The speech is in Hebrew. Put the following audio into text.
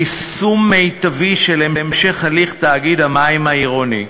יישום מיטבי של המשך הליך תאגיד המים העירוני.